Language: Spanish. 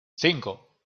cinco